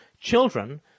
children